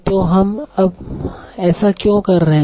तो अब हम ऐसा क्यों कर रहे हैं